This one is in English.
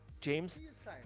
James